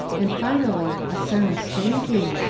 and finally a sound spanking,